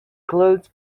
clouds